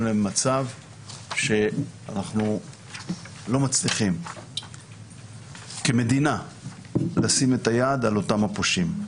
למצב שאנחנו לא מצליחים כמדינה לשים את היד על אותם הפושעים.